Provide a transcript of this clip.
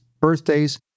birthdays